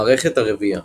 מערכת הרבייה